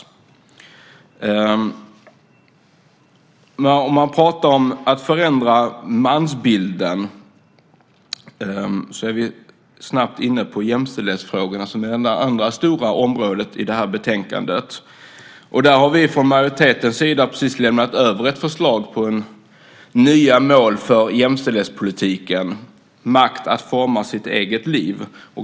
När man talar om att förändra mansbilden kommer vi snabbt in på jämställdhetsfrågorna, som är det andra stora området i det här betänkandet. Där har vi från majoritetens sida precis lämnat över ett förslag på nya mål för jämställdhetspolitiken, Makt att forma sitt eget liv .